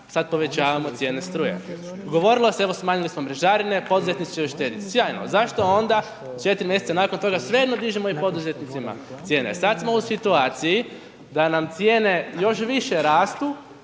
sad povećavamo cijene struje, govorilo se evo smanjili smo mrežarine poduzetnici će uštedjeti, sjajno zašto onda 4 mjeseca nakon toga svejedno dižemo i poduzetnicima cijene. Sad smo u situaciji da nam cijene još više rastu,